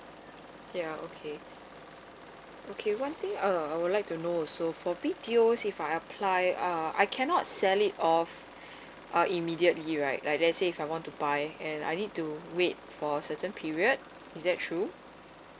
ya okay okay one thing err I would like to know also for B_T_O is it I apply um I cannot sell it off orh immediately right like let's say if I want to buy and I need to wait for a certain period is that true